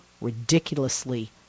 ridiculously